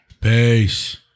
Peace